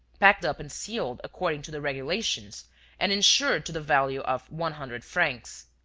packed up and sealed according to the regulations and insured to the value of one hundred francs.